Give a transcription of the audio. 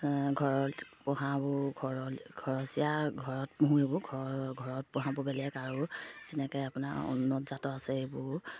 ঘৰত পোহাবোৰ ঘৰ ঘৰচিয়া ঘৰত পোহোঁ এইবোৰ ঘৰৰ ঘৰত পোহাবোৰ বেলেগ আৰু এনেকৈ আপোনাৰ উন্নত জাতৰ আছে এইবোৰ